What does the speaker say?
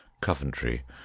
Coventry